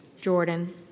Jordan